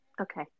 Okay